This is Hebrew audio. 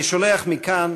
אני שולח מכאן,